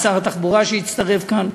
ולשר התחבורה שהצטרף כאן,